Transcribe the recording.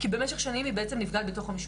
כי במשך שנים היא בעצם נפגעת בתוך המשפחה.